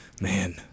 Man